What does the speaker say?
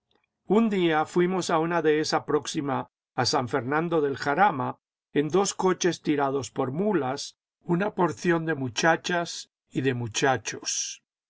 un día fuimos a una dehesa próxima a san fernando del jarama en dos coches tirados por muías una porción de muchachas y de muchachos